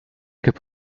could